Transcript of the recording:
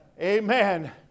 Amen